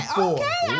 okay